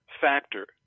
factor